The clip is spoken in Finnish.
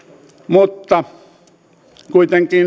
mutta kuitenkin